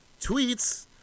tweets